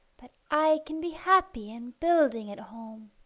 but i can be happy and building at home.